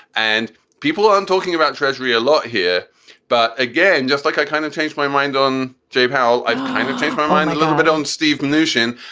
and people aren't talking about treasury a lot here but again, just like i kind of changed my mind on jabe, how i've kind of changed my mind a little bit on steve notion.